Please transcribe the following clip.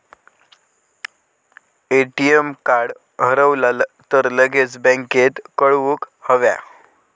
ATM card हरवला तर लगेच बँकेत कळवुक हव्या